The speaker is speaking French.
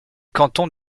canton